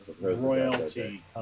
royalty